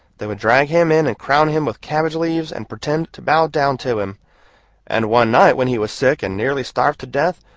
they would drag him in and crown him with cabbage leaves, and pretend to bow down to him and one night when he was sick and nearly starved to death,